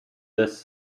this